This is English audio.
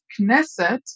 Knesset